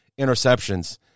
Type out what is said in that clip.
interceptions